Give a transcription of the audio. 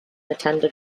attended